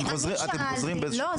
אתם חוזרים --- לא,